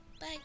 Bye